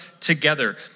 together